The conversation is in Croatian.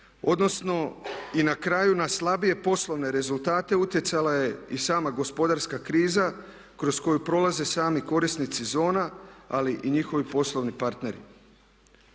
odnosno i na kraju na slabije poslovne rezultate utjecala je i sama gospodarska kriza kroz koju prolaze sami korisnici zona, ali i njihovi poslovni partneri.